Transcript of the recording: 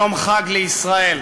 יום חג לישראל.